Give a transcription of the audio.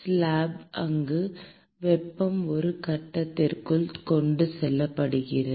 slab அங்கு வெப்பம் ஒரு கட்டத்திற்குள் கொண்டு செல்லப்படுகிறது